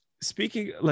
speaking